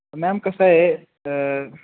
ma'am कसं आहे तर